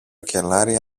κελάρι